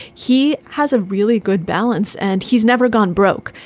he has a really good balance. and he's never gone broke.